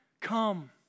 Come